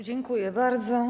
Dziękuję bardzo.